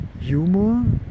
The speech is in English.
humor